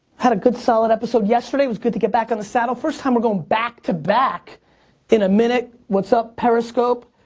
had a good solid episode yesterday. it was good to get back on the saddle. first time we're going back to back in a minute. what's up periscope?